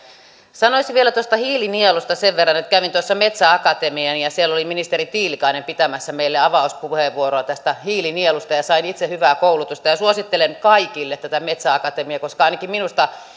sanoisin vielä tuosta hiilinielusta sen verran että kävin metsäakatemian ja siellä oli ministeri tiilikainen pitämässä meille avauspuheenvuoroa tästä hiilinielusta ja sain itse hyvää koulutusta ja suosittelen kaikille tätä metsäakatemiaa koska ainakin